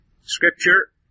Scripture